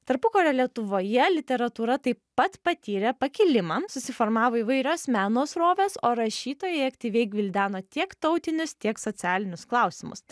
tarpukario lietuvoje literatūra taip pat patyrė pakilimą susiformavo įvairios meno srovės o rašytojai aktyviai gvildeno tiek tautinius tiek socialinius klausimus